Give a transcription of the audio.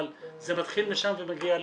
אבל זה מתחיל משם וזה מגיע לכולם.